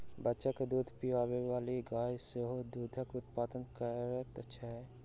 बच्चा के दूध पिआबैबाली गाय सेहो दूधक उत्पादन सही करैत छै